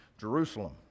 Jerusalem